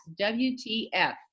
WTF